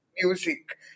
music